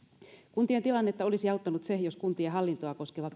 kuntien tilannetta olisi auttanut se jos kuntien hallintoa koskeva